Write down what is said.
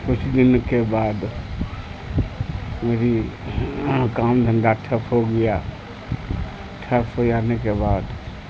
کچھ دن کے بعد میری کام دھندا ٹھپ ہو گیا ٹھپ ہو جانے کے بعد